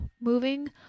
moving